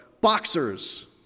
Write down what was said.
boxers